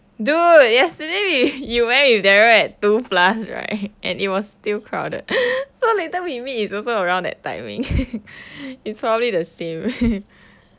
dude yesterday we you went with darryl at two plus right and it was still crowded so later we meet it's also around that timing it's probably the same